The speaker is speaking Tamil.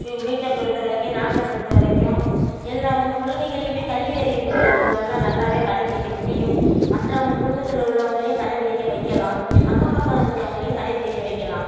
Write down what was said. வீட்டை பொறுத்தவரைக்கும் நாட்டை பொறுத்தவரைக்கும் எல்லா இந்த கொள்கைகளுமே கல்வி அறிவு பெற்ற ஒருவரால் நல்லாவே கடைப்பிடிக்க முடியும் மற்றவங்க குடும்பத்தில் உள்ளவர்களையும் கடைப்பிடிக்க வைக்கலாம் அக்கம் பக்கம் இருக்கிறவங்களையும் கடைப்பிடிக்க வைக்கலாம்